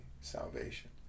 salvation